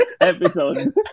episode